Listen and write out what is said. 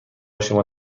شما